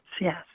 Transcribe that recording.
Yes